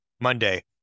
Monday